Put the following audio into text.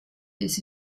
this